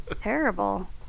terrible